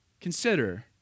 Consider